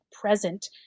present